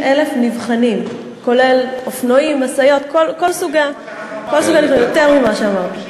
כולל אופנועים, משאיות, יותר ממה שאמרת.